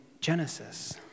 Genesis